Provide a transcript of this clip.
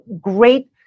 great